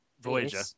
Voyager